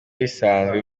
bisanzwe